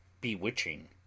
bewitching